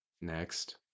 Next